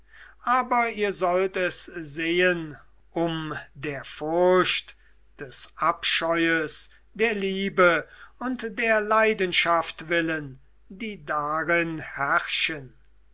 aber ihr sollt es sehen um der furcht des abscheues der liebe und der leidenschaft willen die darin herrschen